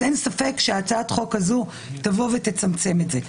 אז אין ספק שהצעת החוק הזאת תבוא ותצמצם את זה.